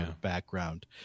background